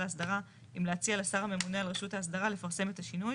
להסדרה אם להציע לשר הממונה על רשות ההסדרה לפרסם את השינוי